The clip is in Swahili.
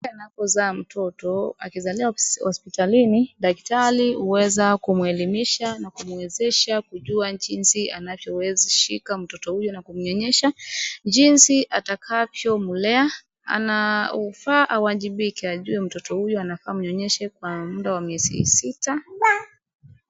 Anapozaa mtoto akizalia hospitalini dakatari huweza kumuelimisha na kumuwezesha kujua anavyoshika mtoto huyo na kumnyonyesha, jinsi atakavyo mlea. Anafaa awajibike ajue mtoto huyu anafaa amnyonyeshe kwa muda wa miezi sita.